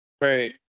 Right